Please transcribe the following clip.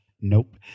Nope